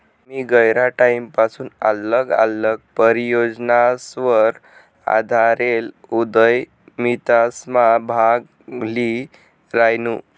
मी गयरा टाईमपसून आल्लग आल्लग परियोजनासवर आधारेल उदयमितासमा भाग ल्ही रायनू